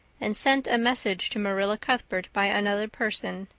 and sent a message to marilla cuthbert by another person.